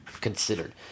considered